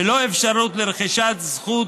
בלא אפשרות לרכישת זכות